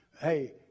Hey